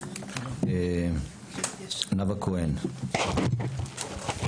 נאוה כהן, בבקשה.